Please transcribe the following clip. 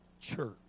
church